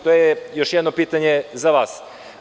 To je još jedno pitanje za vas.